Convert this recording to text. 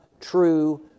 true